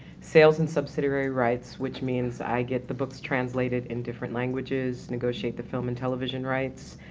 sales and subsidiary rights, which means i get the books translated in different languages, negotiate the film and television rights,